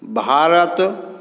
Bharat